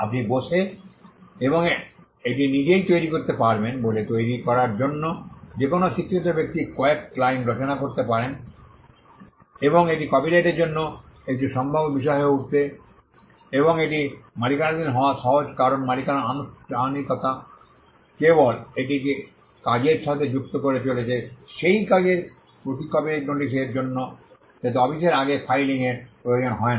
আপনি বসে এবং এটি নিজেই তৈরি করতে পারবেন বলে তৈরি করার জন্য যে কোনও শিক্ষিত ব্যক্তি কয়েক লাইন রচনা করতে পারেন এবং এটি কপিরাইটের জন্য একটি সম্ভাব্য বিষয় হয়ে ওঠে এবং এটি মালিকানাধীন হওয়া সহজ কারণ মালিকানার আনুষ্ঠানিকতা কেবল এটিকে কাজের সাথে যুক্ত করে চলেছে সেই কাজের প্রতি কপিরাইট নোটিশের জন্য যাতে অফিসের আগে ফাইলিংয়ের প্রয়োজন হয় না